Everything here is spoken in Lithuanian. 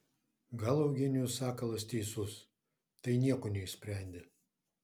gal eugenijus sakalas teisus tai nieko neišsprendė